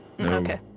Okay